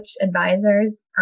advisors